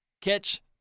catch